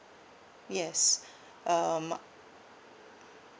yes um